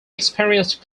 experienced